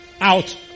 Out